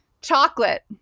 chocolate